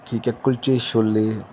ਠੀਕ ਹੈ ਕੁਲਚੇ ਛੋਲੇ